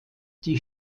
die